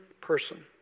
person